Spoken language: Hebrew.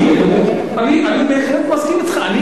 אני בהחלט מסכים אתך.